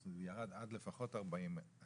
אז הוא ירד עד לפחות 40,000,